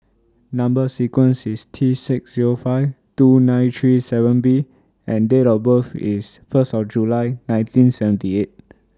Number sequence IS T six Zero five two nine three seven B and Date of birth IS First of July nineteen seventy eight